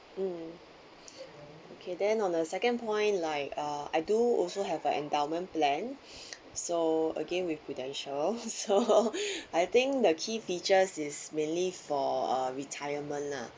mm okay then on the second point like uh I do also have an endowment plan so again with Prudential so I think the key feature is mainly for uh retirement lah